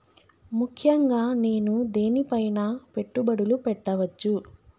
ముఖ్యంగా నేను దేని పైనా పెట్టుబడులు పెట్టవచ్చు?